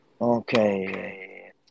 Okay